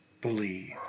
believe